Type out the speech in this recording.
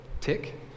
Tick